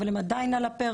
אבל הם עדיין על הפרק,